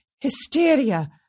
hysteria